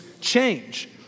change